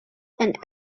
and